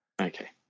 Okay